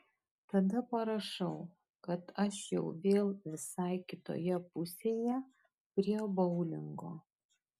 tada parašau kad aš jau vėl visai kitoje pusėje prie boulingo